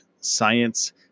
science